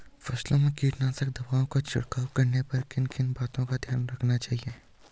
फसलों में कीटनाशक दवाओं का छिड़काव करने पर किन किन बातों को ध्यान में रखना चाहिए?